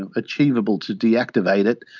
and achievable to deactivate it,